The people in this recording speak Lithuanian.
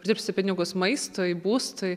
uždirbsi pinigus maistui būstui